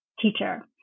teacher